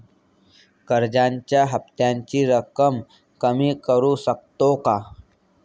कर्जाच्या हफ्त्याची रक्कम कमी करू शकतो का?